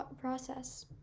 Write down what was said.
process